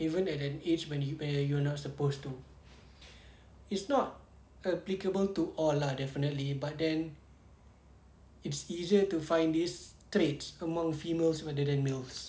even at an age when you at you're not supposed to it's not applicable to all lah definitely but then it's easier to find these traits among females rather than males